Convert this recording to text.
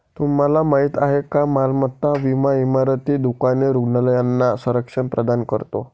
तुम्हाला माहिती आहे का मालमत्ता विमा इमारती, दुकाने, रुग्णालयांना संरक्षण प्रदान करतो